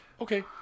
Okay